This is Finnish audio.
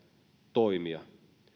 toimia